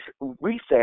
reset